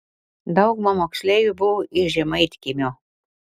dauguma moksleivių buvo iš žemaitkiemio